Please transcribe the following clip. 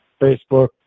Facebook